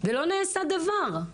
ולא נעשה דבר.